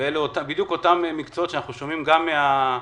ואלו בדיוק אותם מקצועות שאנחנו שומעים מהארגונים